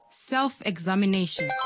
Self-examination